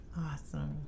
awesome